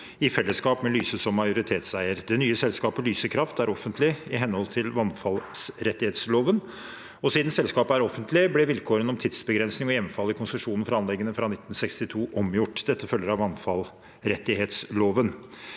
i fellesskap, med Lyse som majoritetseier. Det nye selskapet, Lyse Kraft, er offentlig i henhold til vannfallrettighetsloven, og siden selskapet er offentlig, ble vilkårene om tidsbegrensning ved hjemfall i konsesjonen for anleggene fra 1962 omgjort. Dette følger av vannfallrettighetsloven.